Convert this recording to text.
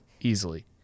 easily